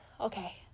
okay